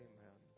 Amen